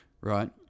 right